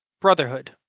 brotherhood